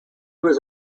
was